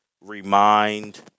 remind